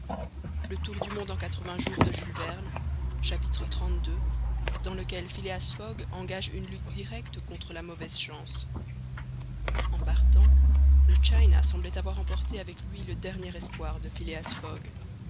xxxii dans lequel phileas fogg engage une lutte directe contre la mauvaise chance en partant le china semblait avoir emporté avec lui le dernier espoir de phileas fogg